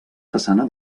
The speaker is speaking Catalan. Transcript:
façana